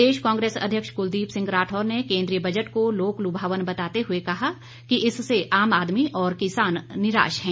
प्रदेश कांग्रेस अध्यक्ष कुलदीप सिंह राठौर ने केन्द्रीय बजट को लोक लुभावन बताते हुए कहा कि इससे आम आदमी और किसान निराश हैं